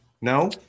No